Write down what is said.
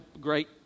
great